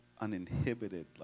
uninhibited